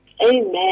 Amen